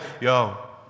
yo